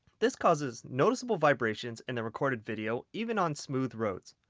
this causes noticeable vibrations in the recorded video, even on smooth roads.